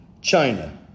China